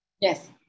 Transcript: Yes